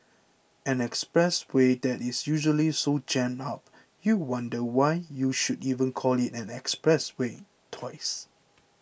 an expressway that is usually so jammed up you wonder why you should even call it an expressway twice